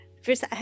First